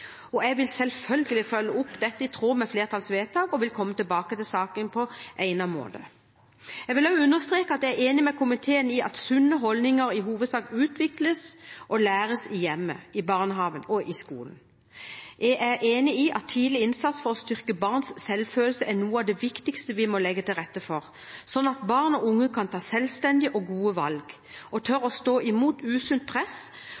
og jeg vil selvfølgelig følge opp dette i tråd med flertallets vedtak og komme tilbake til saken på egnet måte. Jeg vil også understreke at jeg er enig med komiteen i at sunne holdninger i hovedsak utvikles og læres i hjemmet, i barnehagen og i skolen. Jeg er enig i at tidlig innsats for å styrke barns selvfølelse er noe av det viktigste vi må legge til rette for, slik at barn og unge kan ta selvstendige og gode valg og tørre å stå imot usunt press